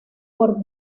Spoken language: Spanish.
por